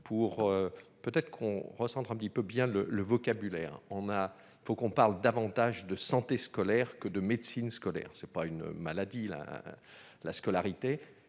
pour peut-être qu'on recentre un petit peu bien le le vocabulaire, on a, il faut qu'on parle davantage de santé scolaire que de médecine scolaire, ce n'est pas une maladie, la la scolarité